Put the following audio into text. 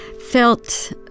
felt